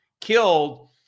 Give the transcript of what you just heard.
killed